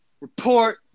Report